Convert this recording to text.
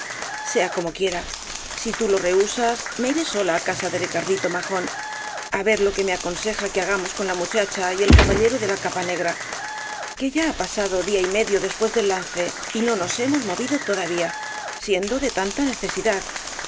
sea como quiera si tú lo rehusas me iré sola á casa de ricardito majón á ver lo que me aconseja que hagamos con la muchacha y el caballero de la capa negra que ya ha pasado día y medio después del lance y no nos hemos movido todavía siendo de tanta necesidad